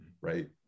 right